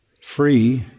free